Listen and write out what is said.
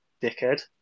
dickhead